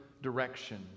direction